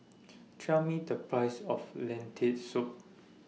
Tell Me The Price of Lentil Soup